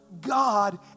God